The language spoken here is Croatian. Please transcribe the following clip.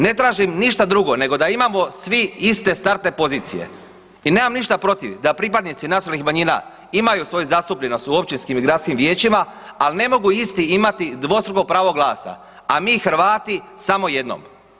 Ne tražim ništa drugo nego da imamo svi iste startne pozicije i nemam ništa protiv da pripadnici nacionalnih manjina imaju svoju zastupljenost u općinskim i gradskim vijećima, ali ne mogu isti imati dvostruko pravo glasa, a mi Hrvati samo jedno.